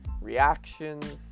reactions